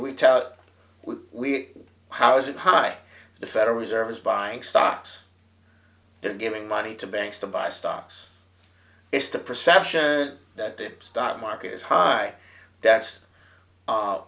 tell we how is it high the federal reserve is buying stocks and giving money to banks to buy stocks is the perception that tip stock market is high that's